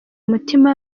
mutima